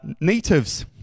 natives